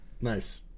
nice